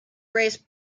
raced